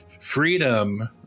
freedom